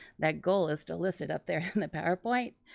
that goal is to list it up there on the powerpoint,